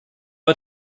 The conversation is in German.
uns